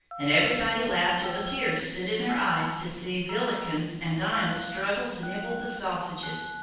and everybody laughed till the tears stood in their eyes to see villikins and dinah struggle to nibble the sausages,